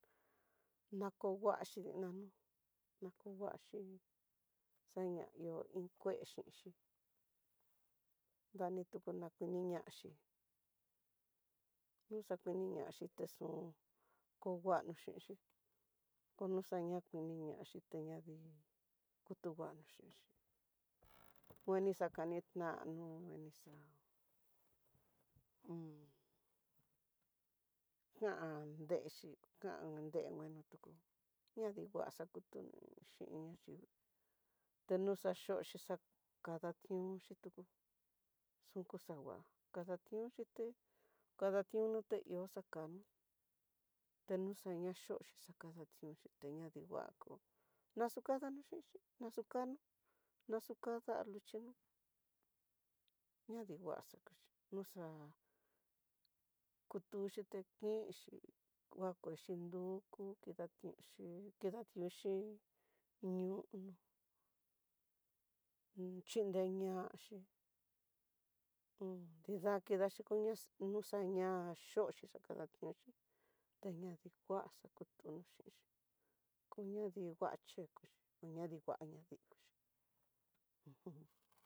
Nakonguaxhi nano, na ko kuaxhi xana ihó ii kué xhinxi anitu taxakuini ñaxhi texun ko nguano xhinxi, koño xa'a ta tiniñaxhi teñavii kurungua xhinxi kueni xakanitano kueni xa'a un kandexhi kan denguano tuku ñadiingua xakutu xhinñaxi, teñuxa xhioxi takada tión tuku xuku xangua kadatión xhite kadatión nuté ihó xakano teñuxana xhioxhi xakadationxhi teñadii nguá kó daxukanro xhinxi, naxukano naxukada yutenó xaningua xakuxhi nuxa kutuxhi tekinxhi nguakenxhi duku, nridakeoxhi, kidakiuxhi xhin ñoonó un xhindeñaxhi un nrida kidaxhikoña noxaña yoxhi xakañiaxi, teñadikuá xakutu xhinxi kuñadingua chekuxhi aña dinguaña dikoxhi ujun.